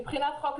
לפי החוק,